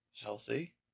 Healthy